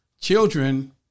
Children